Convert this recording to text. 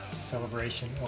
Celebration